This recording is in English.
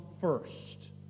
first